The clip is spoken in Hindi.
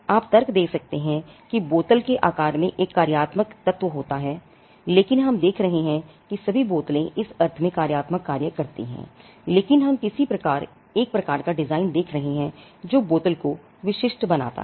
आप तर्क दे सकते हैं कि बोतल के आकार में एक कार्यात्मक तत्व होता है लेकिन हम देख रहे हैं कि सभी बोतलें इस अर्थ में कार्यात्मक कार्य करती हैं लेकिन हम किसी प्रकार एक प्रकार का डिजाइन देख रहे हैं जो बोतल को विशिष्ट बनाता है